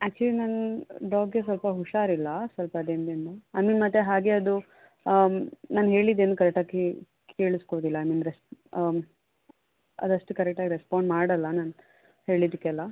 actually ನನ್ನ ಡಾಗ್ಗೆ ಸ್ವಲ್ಪ ಹುಷಾರಿಲ್ಲ ಸ್ವಲ್ಪ ದಿನದಿಂದ ಅಂದ್ರೆ ಮತ್ತು ಹಾಗೆ ಅದು ನಾನು ಹೇಳಿದ್ದೇನು ಕರೆಕ್ಟಾಗಿ ಕೇಳ್ಸ್ಕೊಳ್ತಿಲ್ಲ ಹಾಗಂದ್ರೆ ಅದಷ್ಟು ಕರೆಕ್ಟಾಗಿ ರೆಸ್ಪಾಂಡ್ ಮಾಡೋಲ್ಲ ನಾನು ಹೇಳಿದಕ್ಕೆಲ್ಲ